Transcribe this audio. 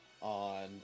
on